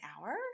hour